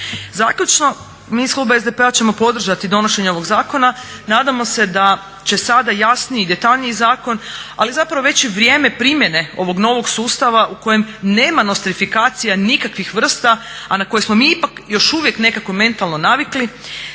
Zaključno. Mi iz kluba SDP-a ćemo podržati donošenje ovog zakona. Nadamo se da će sada jasniji i detaljniji zakon ali zapravo već i vrijeme primjene ovog novog sustava u kojem nema nostrifikacija nikakvih vrsta a na koje smo mi ipak još uvijek mentalno navikli,